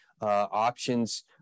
options